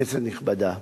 כנסת נכבדה,